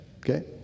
okay